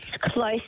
Close